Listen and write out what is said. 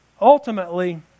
ultimately